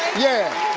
yeah!